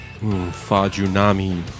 Fajunami